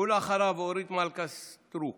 ואחריו, אורית מלכה סטרוק.